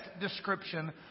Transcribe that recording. description